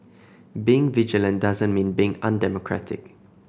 being vigilant doesn't mean being undemocratic